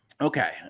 Okay